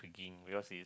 in is